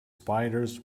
spiders